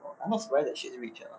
I'm not surprise she's rich ah